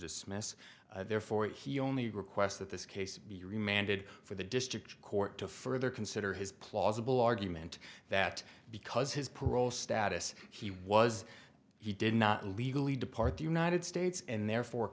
dismiss therefore he only requests that this case be remanded for the district court to further consider his plausible argument that because his parole status he was he did not legally depart the united states and therefore